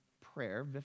prayer